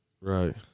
right